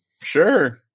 sure